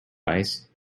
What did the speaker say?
ice